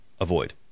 Avoid